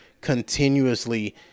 continuously